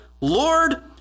Lord